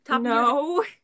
No